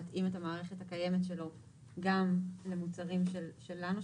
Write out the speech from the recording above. להתאים את המערכת הקיימת שלו גם למוצרים שלנו,